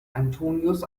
antonius